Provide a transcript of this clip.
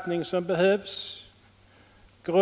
tillståndsgivningen.